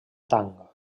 tang